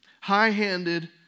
high-handed